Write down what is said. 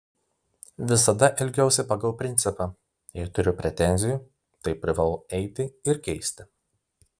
visada elgiausi pagal principą jei turiu pretenzijų tai privalau eiti ir keisti